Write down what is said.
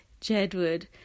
Jedward